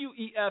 WEF